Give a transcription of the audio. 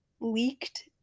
Leaked